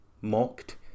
mocked